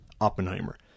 Oppenheimer